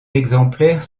exemplaires